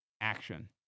action